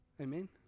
Amen